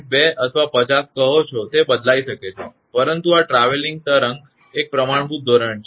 2 અથવા 50 કહો છો તે બદલાઇ શકે છે પરંતુ આ ટ્રાવેલીંગ તરંગ એક પ્રમાણભૂત ધોરણ છે